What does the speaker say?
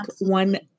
one